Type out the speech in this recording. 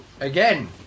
again